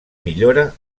millora